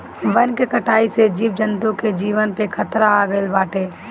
वन के कटाई से जीव जंतु के जीवन पे खतरा आगईल बाटे